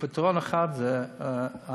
פתרון אחד זה המצלמות,